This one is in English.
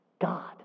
God